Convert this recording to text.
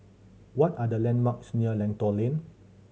what are the landmarks near Lentor Lane